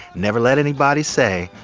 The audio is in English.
never let anybody say,